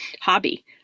hobby